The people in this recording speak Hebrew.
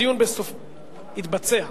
הדיון התבצע,